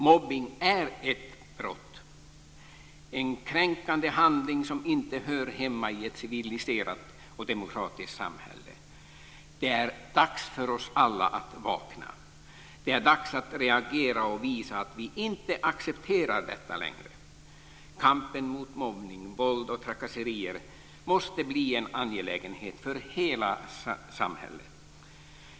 Mobbning är ett brott - en kränkande handling som inte hör hemma i ett civiliserat och demokratiskt samhälle. Det är dags för oss alla att vakna. Det är dags att reagera och visa att vi inte accepterar detta längre. Kampen mot mobbning, våld och trakasserier måste bli en angelägenhet för hela samhället.